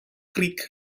creek